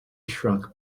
shrunk